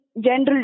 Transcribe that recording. general